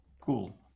Cool